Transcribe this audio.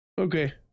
Okay